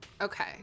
Okay